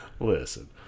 Listen